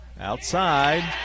outside